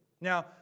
Now